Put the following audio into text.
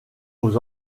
aux